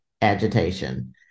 agitation